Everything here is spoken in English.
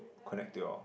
connect to your